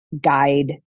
guide